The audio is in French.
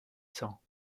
cents